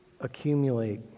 accumulate